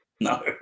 no